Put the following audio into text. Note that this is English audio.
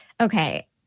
Okay